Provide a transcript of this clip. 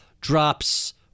drops